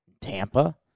Tampa